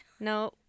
no